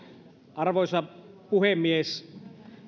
arvoisa puhemies